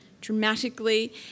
dramatically